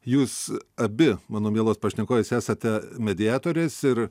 jūs abi mano mielos pašnekovės esate mediatorės ir